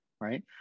right